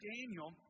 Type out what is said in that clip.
Daniel